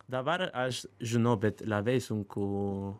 dabar aš žinau bet labai sunku